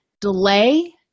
delay